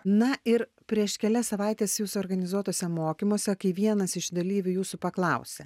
na ir prieš kelias savaites jūs organizuotuose mokymuose kai vienas iš dalyvių jūsų paklausė